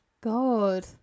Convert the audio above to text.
God